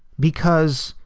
because,